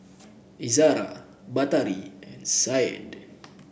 Izzara Batari and Syed